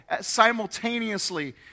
simultaneously